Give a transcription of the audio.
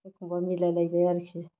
एखनबा मिलायलायबाय आरोखि